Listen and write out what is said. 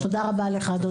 תודה רבה לך אדוני.